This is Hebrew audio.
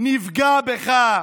נפגע בך,